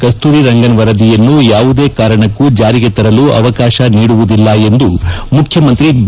ಕಸ್ತೂರಿರಂಗನ್ ವರದಿಯನ್ನು ಯಾವುದೇ ಕಾರಣಕ್ಕೂ ಜಾರಿಗೆ ತರಲು ಅವಕಾಶ ನೀಡುವುದಿಲ್ಲ ಎಂದು ಮುಖ್ಯಮಂತ್ರಿ ಬಿ